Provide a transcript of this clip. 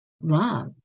love